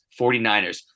49ers